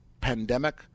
pandemic